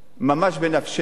ממש בנפשנו